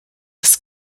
ist